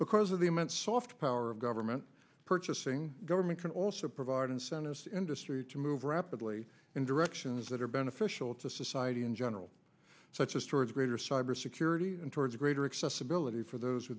because of the immense soft power of government purchasing government can also provide incentives industry to move rapidly in directions that are beneficial to society in general such as towards greater cybersecurity and towards greater accessibility for those w